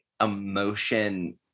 emotion